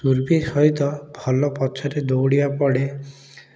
ଦୁର୍ଭି ସହିତ ଭଲ ପଛରେ ଦୌଡ଼ିବା ପଡ଼େ